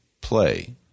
play